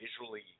visually